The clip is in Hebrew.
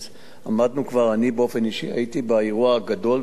אני באופן אישי הייתי באירוע הגדול והעצום הזה,